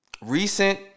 recent